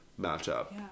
matchup